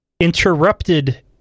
interrupted